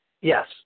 Yes